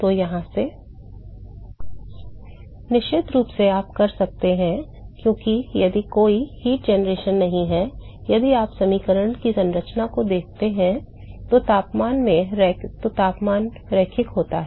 तो यहाँ से निश्चित रूप से आप कर सकते हैं क्योंकि यदि कोई ऊष्मा उत्पादन नहीं है यदि आप समीकरण की संरचना को देखते हैं तो तापमान में रैखिक होता है